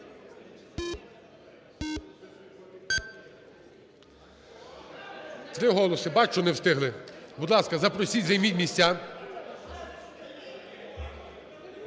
Три голоси, бачу, не встигли. Будь ласка, запросіть, займіть місця.